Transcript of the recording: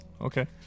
Okay